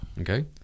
Okay